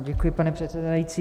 Děkuji, pane předsedající.